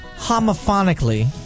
homophonically